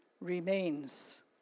remains